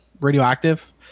radioactive